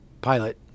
pilot